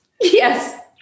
Yes